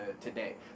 today